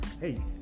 hey